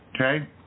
Okay